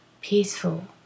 peaceful